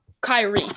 Kyrie